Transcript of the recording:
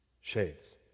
Shades